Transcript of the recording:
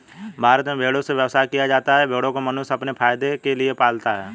भारत में भेड़ों से व्यवसाय किया जाता है भेड़ों को मनुष्य अपने फायदे के लिए पालता है